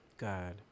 God